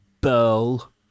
Burl